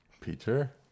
Peter